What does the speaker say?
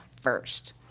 first